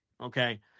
okay